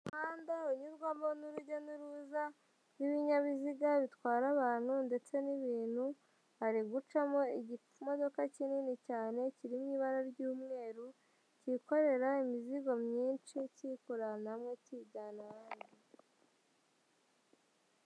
Umuhanda unyurwamo n'urujya n'uruza rw'ibinyabiziga bitwara abantu ndetse n'ibintu, hari gucamo ikimodoka kinini cyane, kiri mu ibara ry'umweru, kikorera imizigo myinshi, cyiyikura ahantu hamwe kiyijyana ahandi.